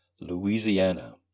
louisiana